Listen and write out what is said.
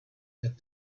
that